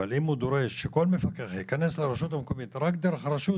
אבל אם הוא דורש שכל מפקח ייכנס לרשות המקומית רק דרך הרשות,